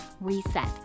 RESET